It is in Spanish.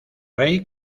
rey